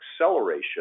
acceleration